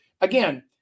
again